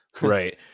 Right